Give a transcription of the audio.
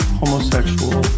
homosexual